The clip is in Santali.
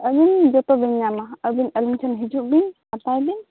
ᱟᱵᱤᱱ ᱡᱚᱛᱚᱵᱤᱱ ᱧᱟᱢᱟ ᱟᱵᱤᱱ ᱟᱞᱤᱧ ᱴᱷᱮᱱ ᱦᱤᱡᱩᱜᱵᱤᱱ ᱦᱟᱛᱟᱣ ᱵᱤᱱ